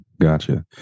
Gotcha